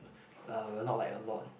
uh we're not like a lot